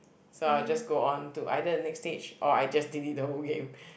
so I'll just go on to either the next stage or I just delete the whole game